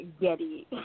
Getty